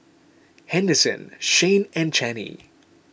Henderson Shayne and Channie